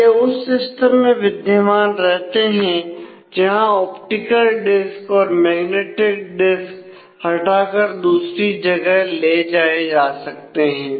यह उस सिस्टम में विद्यमान रहते हैं जहां ऑप्टिकल डिस्क और मैग्नेटिक डिस्क हटाकर दूसरी जगह ले जाए जा सकते हैं